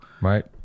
Right